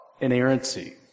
inerrancy